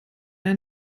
ein